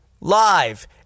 live